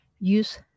use